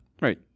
right